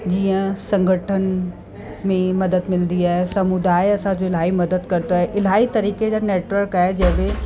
जीअं संगठन में मदद मिलंदी आहे समुदाय असांजो इलाही मदद कंदो आहे इलाही तरीक़े जा नेटवर्क आहे जंहिंमें